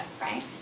right